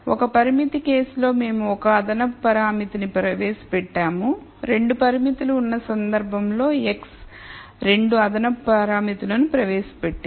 ఒక పరిమితి కేసులో మేము ఒక అదనపు పరామితిని ప్రవేశపెట్టాము 2 పరిమితులు ఉన్నసందర్భంలో x 2 అదనపు పారామితులను ప్రవేశపెట్టింది